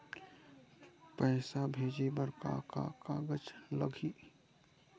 पैसा भेजे बर का का कागज लगही?